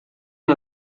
are